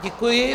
Děkuji.